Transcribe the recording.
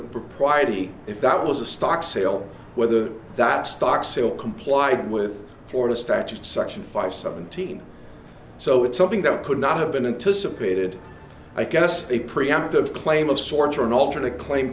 propriety if that was a stock sale whether that stock sale complied with florida statute section five seventeen so it's something that could not have been into supported i guess a preemptive claim of sorts or an alternate claim